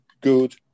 good